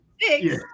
six